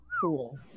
Cool